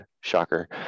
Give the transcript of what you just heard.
shocker